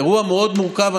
האירוע מאוד מורכב,